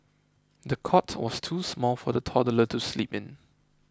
the cot was too small for the toddler to sleep in